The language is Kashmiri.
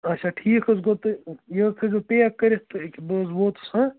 اَچھا ٹھیٖک حظ گوٚو تہٕ یہِ حظ تھٲوِزیٚو پیک کٔرِتھ تہٕ أکیٛاہ بہٕ حظ ووٚتُس ہا